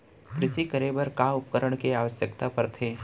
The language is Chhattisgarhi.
कृषि करे बर का का उपकरण के आवश्यकता परथे?